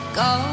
go